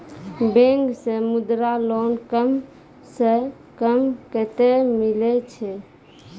Bank से Mudra loan कम सऽ कम कतैय मिलैय छै?